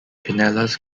pinellas